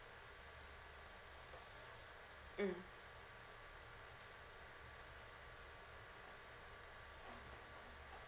mm